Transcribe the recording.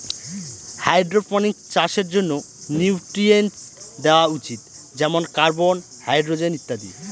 hydroponics চাষের জন্য nutrients দেওয়া উচিত যেমন কার্বন, হাইড্রজেন ইত্যাদি